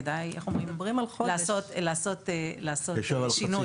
כדאי לעשות שינוי.